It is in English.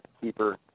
Keeper